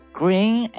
green